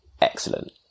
excellent